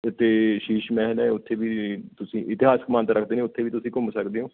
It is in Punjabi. ਅਤੇ ਸ਼ੀਸ਼ ਮਹਿਲ ਹੈ ਉੱਥੇ ਵੀ ਤੁਸੀਂ ਇਤਿਹਾਸਿਕ ਮਾਨਤਾ ਰੱਖਦੇ ਨੇ ਉੱਥੇ ਵੀ ਤੁਸੀਂ ਘੁੰਮ ਸਕਦੇ ਹੋ